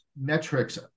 metrics